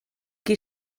qui